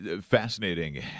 Fascinating